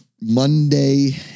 Monday